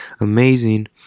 amazing